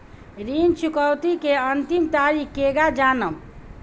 ऋण चुकौती के अंतिम तारीख केगा जानब?